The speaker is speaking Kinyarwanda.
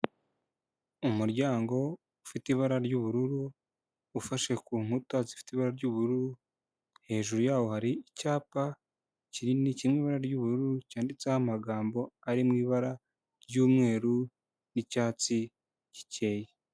Umuryango ufite ibara ry'ubururu ufashe ku nkuta zifite ibara ry'ubururu, hejuru yaho hari icyapa kinini, kiri mu ibara ry'ubururu cyanditseho amagambo ari mu ibara ry'umweru n'icyatsi gikeye.